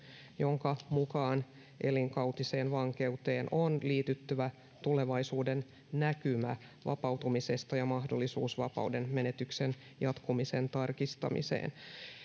jonka mukaan elinkautiseen vankeuteen on liityttävä tulevaisuudennäkymä vapautumisesta ja mahdollisuus vapaudenmenetyksen jatkumisen tarkistamiseen